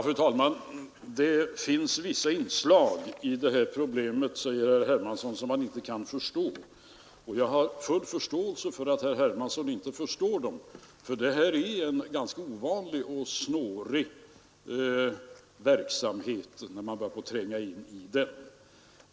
Fru talman! Det finns vissa inslag i detta problem, säger herr Hermansson, som han inte kan förstå. Jag har full förståelse för att herr Hermansson inte förstår dem, för det här är en ganska ovanlig och snårig verksamhet när man börjar tränga in den.